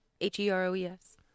H-E-R-O-E-S